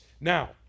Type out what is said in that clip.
Now